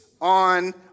on